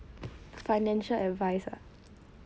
financial advice ah